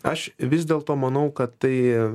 aš vis dėlto manau kad tai